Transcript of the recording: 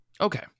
Okay